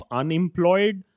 unemployed